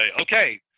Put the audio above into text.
Okay